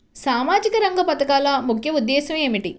సామాజిక రంగ పథకాల ముఖ్య ఉద్దేశం ఏమిటీ?